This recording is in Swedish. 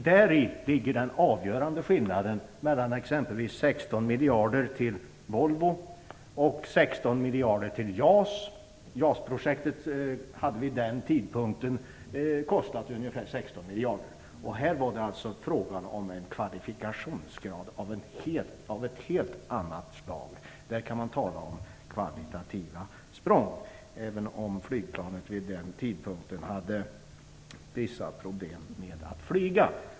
Däri ligger den avgörande skillnaden mellan exempelvis 16 miljarder till Volvo och 16 miljarder till JAS. JAS-projektet hade vid den tidpunkten kostat ungefär 16 miljarder. Här var det alltså fråga om en kvalifikationsgrad av ett helt annat slag. Där kan man tala om kvalitativa språng, även om flygplanet vid den tidpunkten hade vissa problem med att flyga.